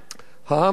העם היווני,